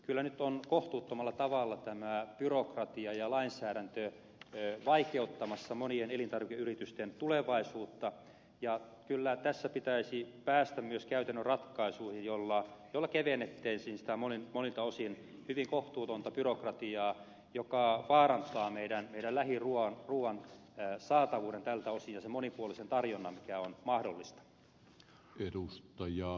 kyllä nyt on kohtuuttomalla tavalla tämä byrokratia ja lainsäädäntö vaikeuttamassa monien elintarvikeyritysten tulevaisuutta ja kyllä tässä pitäisi päästä myös käytännön ratkaisuihin joilla kevennettäisiin sitä monelta osin hyvin kohtuutonta byrokratiaa joka vaarantaa meillä lähiruuan saatavuuden tältä osin ja sen monipuolisen tarjonnan mikä olisi mahdollista